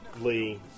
Lee